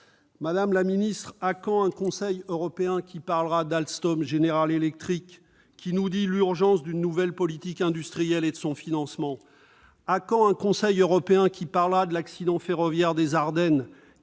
Madame la secrétaire d'État, à quand un Conseil européen sur le dossier d'Alstom-General Electric, qui nous dit l'urgence d'une nouvelle politique industrielle et de son financement ? À quand un Conseil européen sur l'accident ferroviaire des Ardennes,